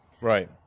Right